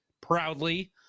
proudly